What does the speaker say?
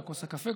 או לכוס הקפה,